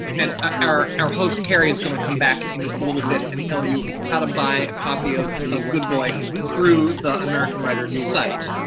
and ah our our host carey's gonna come back in just a little bit and tell you how to buy a copy of of good boy through the american writers site.